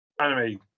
anime